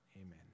Amen